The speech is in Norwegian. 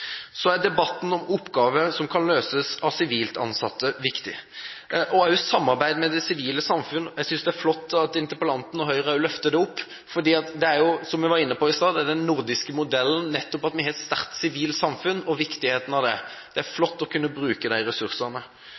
Så er debatten om oppgaver som kan løses av sivilt ansatte, viktig, og også samarbeidet med det sivile samfunn. Jeg synes det er flott at interpellanten og Høyre også løfter det opp, for det er jo – som vi var inne på i stad – det som er den nordiske modellen, nettopp at vi har et sterkt sivilt samfunn og ser viktigheten av det. Det er flott å kunne bruke de ressursene.